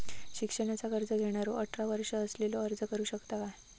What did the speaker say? शिक्षणाचा कर्ज घेणारो अठरा वर्ष असलेलो अर्ज करू शकता काय?